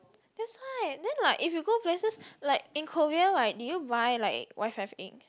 that's why then like if you go places like in Korea right did you buy like WiFi egg